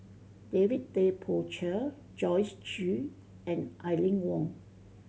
David Tay Poey Cher Joyce Jue and Aline Wong